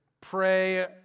pray